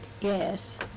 Yes